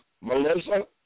Melissa